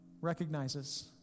recognizes